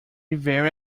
very